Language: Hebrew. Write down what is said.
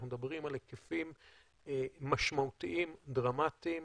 אנחנו מדברים על היקפים משמעותיים דרמטיים,